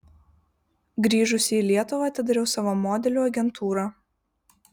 grįžusi į lietuvą atidariau savo modelių agentūrą